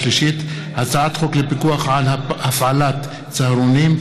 הצעת חוק לציון יום הניצחון על גרמניה הנאצית,